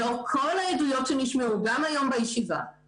לאורך כל העדויות שנשמעו גם היום בישיבה,